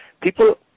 people